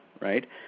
Right